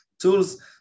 tools